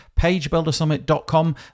pagebuildersummit.com